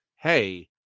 hey